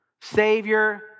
Savior